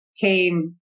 came